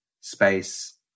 space